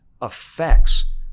affects